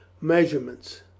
Measurements